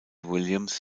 williams